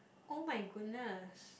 [oh]-my-goodness